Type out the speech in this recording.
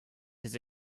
his